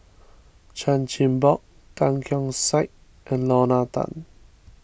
Chan Chin Bock Tan Keong Saik and Lorna Tan